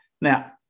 Now